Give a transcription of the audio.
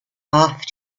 off